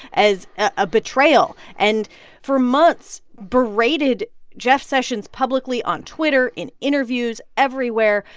as a betrayal, and for months berated jeff sessions publicly on twitter, in interviews, everywhere.